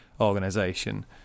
organization